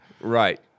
Right